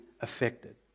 affected